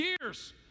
years